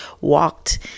walked